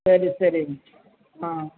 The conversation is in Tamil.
சரி சரி ஆ